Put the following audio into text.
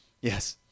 Yes